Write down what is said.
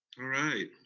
all right,